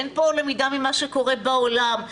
אין למידה ממה שקורה בעולם,